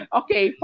okay